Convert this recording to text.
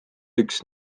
üks